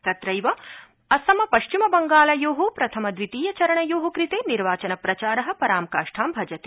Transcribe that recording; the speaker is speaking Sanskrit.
तत्रैव असम पश्चिम बंगालयो प्रथम द्वितीय चरणयो कृते निर्वाचनप्रचार परां काष्ठां भजति